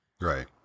Right